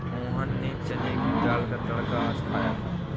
मोहन ने चने की दाल का तड़का आज खाया था